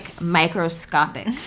microscopic